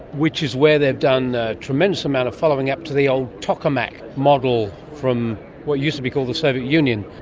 which is where they've done a tremendous amount of following up to the old tokamak model from what used to be called the soviet union.